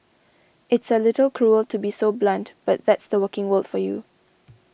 it's a little cruel to be so blunt but that's the working world for you